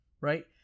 right